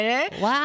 Wow